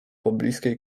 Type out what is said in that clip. pobliskiej